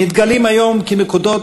מתגלה היום כנקודות